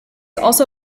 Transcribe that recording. also